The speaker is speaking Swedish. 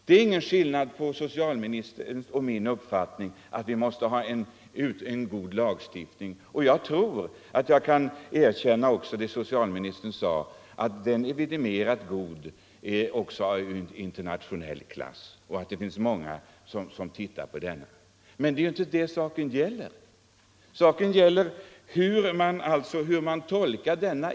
Det är ingen skillnad mellan min och Måndagen den socialministerns uppfattning att vi måste ha en god lagstiftning. Jag kan — 2 december 1974 också erkänna det socialministern sade, att den är vidimerat god, av internationell klass, och att många anser det. Men det är inte det saken = Ang. rätten att gäller, utan det gäller hur man tolkar lagen.